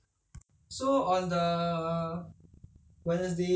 扣肉包的话就是